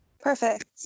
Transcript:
Perfect